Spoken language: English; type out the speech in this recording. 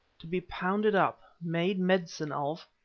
to be pounded up, made medicine of,